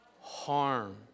Harm